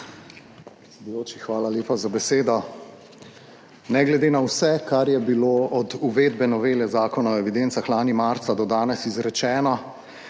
hvala lepa za besedo. Ne glede na vse, kar je bilo od uvedbe novele Zakona o evidencah lani marca do danes izrečeno,